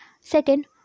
second